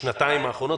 בשנתיים האחרונות?